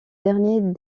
dernier